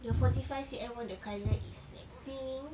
the forty five C_M one the colour is like pink